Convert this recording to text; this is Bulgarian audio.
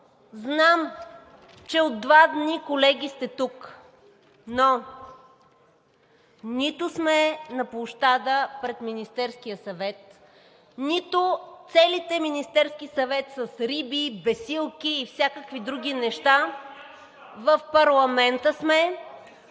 Знам, че от два дни, колеги, сте тук, но нито сме на площада пред Министерския съвет, нито целите Министерския съвет с риби, бесилки и всякакви други неща. (Шум и